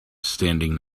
standing